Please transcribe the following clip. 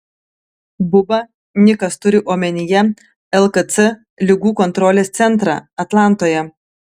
buba nikas turi omenyje lkc ligų kontrolės centrą atlantoje